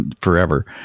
forever